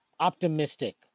optimistic